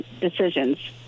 decisions